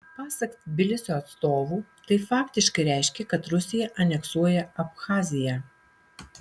pasak tbilisio atstovų tai faktiškai reiškia kad rusija aneksuoja abchaziją